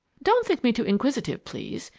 don't think me too inquisitive please.